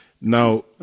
Now